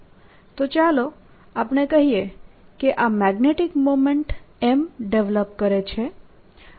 તો ચાલો આપણે કહીએ કે આ મેગ્નેટીક મોમેન્ટ M ડેવલપ કરે છે